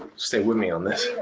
stay with me on this.